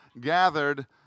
gathered